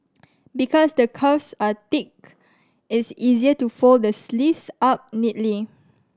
because the cuffs are thick it's easier to fold the sleeves up neatly